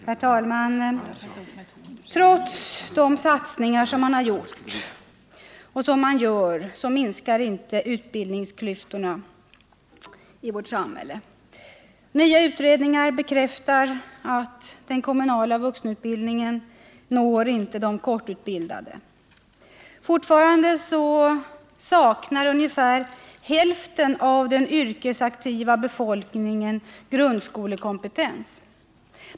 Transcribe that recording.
Herr talman! Trots de satsningar som gjorts och görs minskar inte utbildningsklyftorna i vårt samhälle. Nya utredningar bekräftar att den kommunala vuxenutbildningen inte når de kortutbildade. Fortfarande saknar ungefär hälften av den yrkesaktiva befolkningen grundskolekompetens.